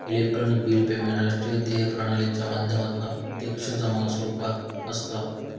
electronic bill payment राष्ट्रीय देय प्रणालीच्या माध्यमातना प्रत्यक्ष जमा रुपात असता